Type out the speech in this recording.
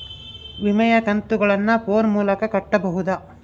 ವಿಮೆಯ ಕಂತುಗಳನ್ನ ಫೋನ್ ಮೂಲಕ ಕಟ್ಟಬಹುದಾ?